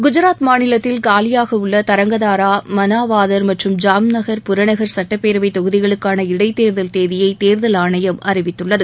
குஜராத் மாநிலத்தில் காலியாக உள்ள தரங்கதரா மனாவாதர் மற்றும் ஜாம் நகர் புறநகர் சட்டப்பேரவை தொகுதிகளுக்கான இடைத்தோதல் தேதியை தேர்தல் ஆணையம் அறிவித்துள்ளது